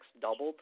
doubled